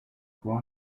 può